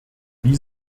wie